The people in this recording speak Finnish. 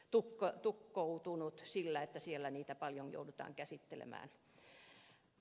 tukkoutunut sillä että siellä niitä paljon joudutaan käsittelemään